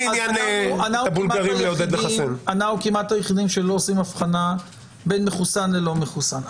אנחנו כמעט היחידים שלא עושים אבחנה בין מחוסן ללא מחוסן.